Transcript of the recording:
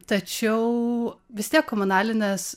tačiau vis tiek komunalinės